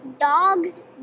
Dogs